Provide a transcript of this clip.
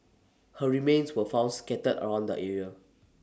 her remains were found scattered around the area